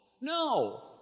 No